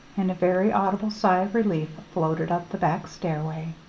and a very audible sigh of relief floated up the back stairway.